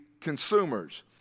consumers